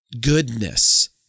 goodness